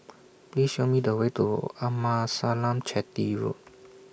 Please Show Me The Way to Amasalam Chetty Road